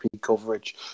coverage